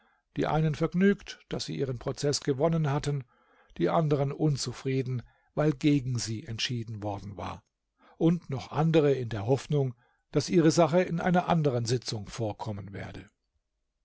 die einen vergnügt daß sie ihren prozeß gewonnen hatten die anderen unzufrieden weil gegen sie entschieden worden war und noch andere in der hoffnung daß ihre sache in einer anderen sitzung vorkommen werde